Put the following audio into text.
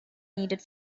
needed